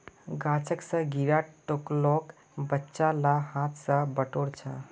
गाछ स गिरा टिकोलेक बच्चा ला हाथ स बटोर छ